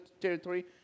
territory